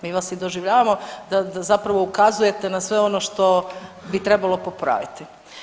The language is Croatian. Mi vas i doživljavamo da zapravo ukazujete na sve ono što bi trebalo popraviti.